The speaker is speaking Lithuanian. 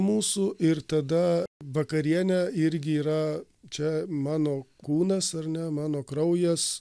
mūsų ir tada vakarienė irgi yra čia mano kūnas ar ne mano kraujas